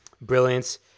brilliance